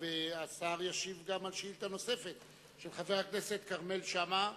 השר ישיב גם על שאילתא נוספת של חבר הכנסת כרמל שאמה,